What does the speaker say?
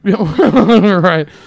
Right